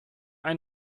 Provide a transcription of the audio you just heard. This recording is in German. ein